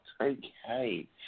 Okay